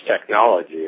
technology